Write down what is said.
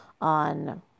on